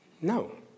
No